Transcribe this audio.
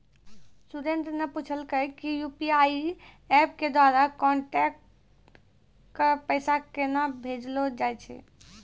सुरेन्द्र न पूछलकै कि यू.पी.आई एप्प के द्वारा कांटैक्ट क पैसा केन्हा भेजलो जाय छै